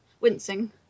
Wincing